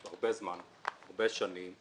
זמן, הרבה שנים.